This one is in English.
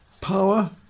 power